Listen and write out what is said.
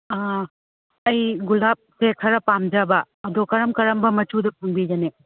ꯑꯩ ꯒꯨꯂꯥꯞꯁꯦ ꯈꯔ ꯄꯥꯝꯖꯕ ꯑꯗꯨ ꯀꯔꯝ ꯀꯔꯝꯕ ꯃꯆꯨꯗ ꯐꯪꯕꯤꯒꯅꯤ